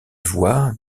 voies